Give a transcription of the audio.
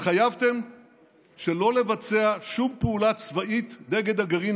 התחייבתם שלא לבצע שום פעולה צבאית נגד הגרעין